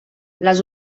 les